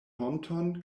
honton